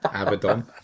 Abaddon